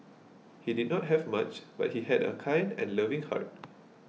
he did not have much but he had a kind and loving heart